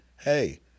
Hey